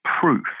proof